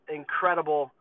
incredible